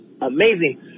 amazing